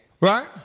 Right